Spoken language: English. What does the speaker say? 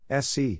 SC